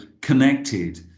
connected